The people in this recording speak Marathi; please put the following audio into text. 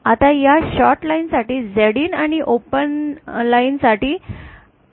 आता या शॉर्ट लाइन साठी Zin आणि ओपन लाईन साठी आपल्याला Yin